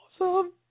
Awesome